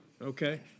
Okay